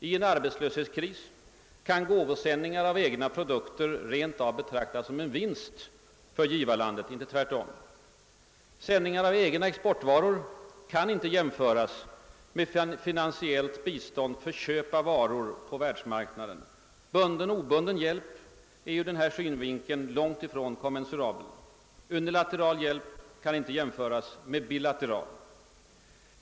I en arbetslöshetskris kan gåvosändningar av egna produkter rent av betraktas som en vinst för givarlandet, inte tvärtom. Sändningar av egna exportvaror kan inte jämföras med finansiellt bistånd för köp av varor på världsmarknaden. Bunden och obunden hjälp är ur denna synvinkel långt ifrån kommensurabel. Unilateral hjälp kan inte jämföras med bilateral.